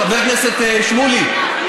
חבר הכנסת שמולי,